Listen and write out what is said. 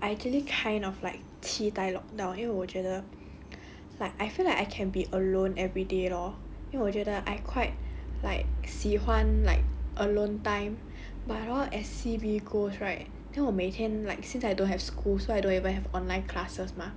for me right like before the lockdown right I actually kind of like 期待 lockdown 因为我觉得 like I feel like I can be alone everyday lor 因为我觉得 I quite like 喜欢 like alone time but hor as C_B goes right then 我每天 like since I don't have school so I don't even have online classes mah